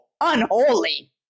unholy